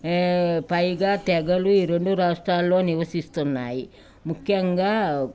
పైగా తెగలు ఈ రెండు రాష్ట్రాల్లో నివసిస్తున్నాయి ముఖ్యంగా